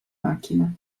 macchina